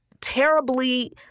terribly